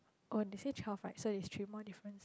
oh they say twelve right so is three more difference